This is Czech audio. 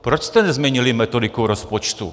Proč jste nezměnili metodiku rozpočtu?